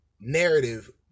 narrative